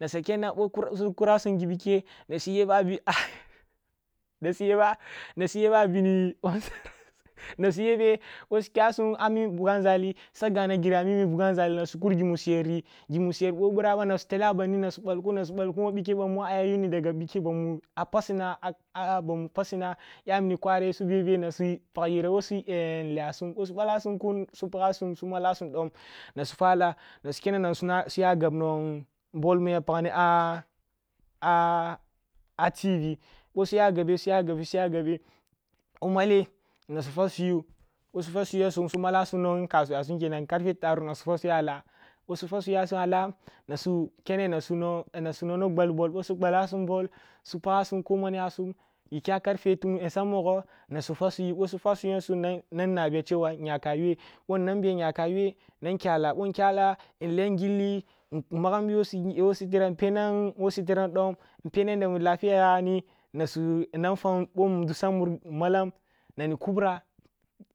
Nasa kyanna ъoh su kurasum ghi ъike na si yeba na si yeba nasi yeba bini ban na si yebe boh si kyasum ah mi nbughanzali sa gah ni gri a mimi nbughanzali nasi kur ghi mu si yeri gimu si ya boh bira ba na su tela bandid na su balkun na su ъalkur woh bike mu aya yuni daga bike bamu ah pasina ah bamu pasina ya mini kware si be-beh na sip ag hira woh si yasu boh su bak sum kun su pagha su mak su dom na su fa la sus u kene nasu fala nasi kena suna suya gab nong ball mi ya pagni tv boh siya gabe siya gabe siya gabe boh malleh na sifa si yu boh sifa si yuwa sum su mala sum nong kasuwa sum kenan karfe tarum na si fa si yuwa lah boh sifa su yuwa sum alah na su kene nasu na na su nona gbal ball boh su gbak sum ball su pagha sum ko man yasum gi kya karfe tu sammo gho na sifa si tub oh si fa si yuwa sum nan na biya chewa nyaka yuwe bon nnanbiya nyaka yuwe nan kya lah bon kya lah in leyam gilli magha bi si wo tiram npenam woh si tiram dom npenam ganda mu lafiya yagha yani nasu na nfam bon ndusam mur nmalam na ni kubra